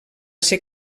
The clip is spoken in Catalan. ser